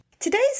Today's